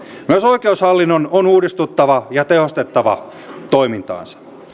myös oikeushallinnon on uudistuttava ja tehostettava toimintaansa